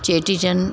Cheti Chand